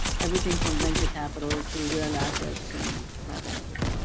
everything from venture capital to real assets and private equity.